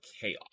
Chaos